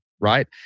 Right